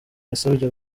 yasabye